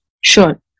Sure